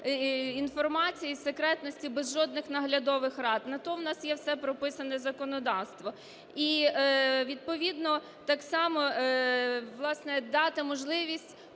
інформації, секретності без жодних наглядових рад, на те у нас є все прописано законодавство. І відповідно так само, власне, дати можливість